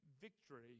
victory